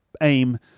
aim